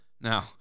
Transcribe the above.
Now